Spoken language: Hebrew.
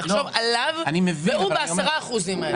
תחשוב עליו והוא בעשרת האחוזים האלה.